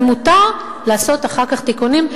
ומותר לעשות אחר כך תיקונים.